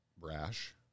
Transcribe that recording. brash